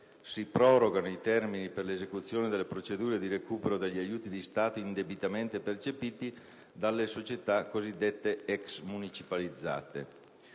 si prorogano i termini per l'esecuzione delle procedure di recupero degli aiuti di stato indebitamente percepiti dalle società cosiddette ex-municipalizzate.